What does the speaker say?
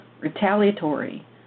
retaliatory